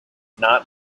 not